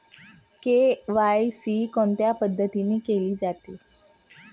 KYC कोणत्या पद्धतीने केले जाते?